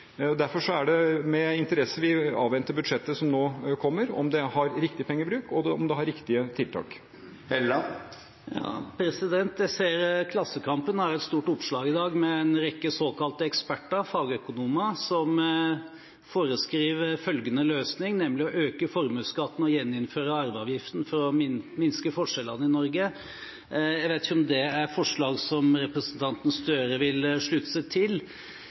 tiden. Derfor er det med interesse vi avventer budsjettet som nå kommer – om det har riktig pengebruk, og om det har riktige tiltak. Jeg ser at Klassekampen har et stort oppslag i dag med en rekke såkalte eksperter, fagøkonomer, som foreskriver følgende løsning, nemlig å øke formuesskatten og gjeninnføre arveavgiften, for å minske forskjellene i Norge. Jeg vet ikke om det er forslag som representanten Gahr Støre vil slutte seg til.